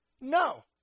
No